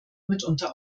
mitunter